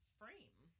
frame